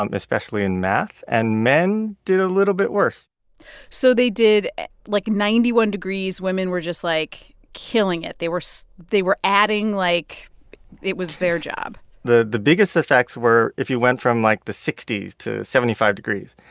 um especially in math, and men did a little bit worse so they did like, ninety one degrees, women were just, like, killing it. they were so they were adding like it was their job the the biggest effects were if you went from, like, the sixty s to seventy five degrees.